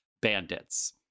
bandits